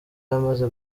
amaze